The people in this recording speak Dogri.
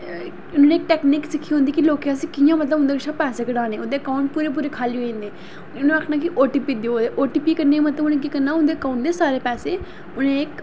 उ'नैं इक टैकनीक सिक्खी दी होंदी कि लोकें असें कि'यां मतलब उ'नें कशा पैसे कढ़ाने उं'दे अकाऊंट पूरे पूरे खाल्ली होई जंदे न उ'नें आखना ओटीपी देओ ओटीपी कन्नै मतलब उ'नें केह् करना उं'दे अकाऊंट दे सारे पैसे उ'नें